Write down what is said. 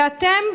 ואתם,